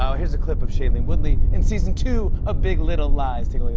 um here's a clip of shailene woodley in season two of big little lies. take like